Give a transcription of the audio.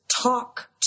talk